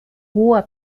hoher